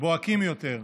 בוהקים יותר,